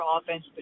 offense